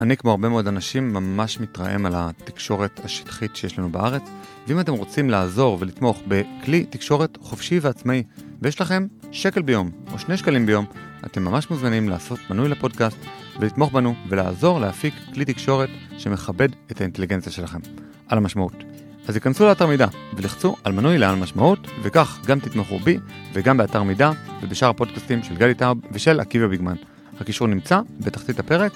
אני, כמו הרבה מאוד אנשים, ממש מתרעם על התקשורת השטחית שיש לנו בארץ, ואם אתם רוצים לעזור ולתמוך בכלי תקשורת חופשי ועצמאי, ויש לכם שקל ביום או שני שקלים ביום, אתם ממש מוזמנים לעשות מנוי לפודקאסט, ולתמוך בנו ולעזור להפיק כלי תקשורת שמכבד את האינטליגנציה שלכם. על המשמעות. אז יכנסו לאתר מידע ולחצו על מנוי לעל המשמעות, וכך גם תתמכו בי, וגם באתר מידע, ובשאר הפודקאסטים של גלי טאב ושל עקיבא ביגמן. הקישור נמצא בתחתית הפרק.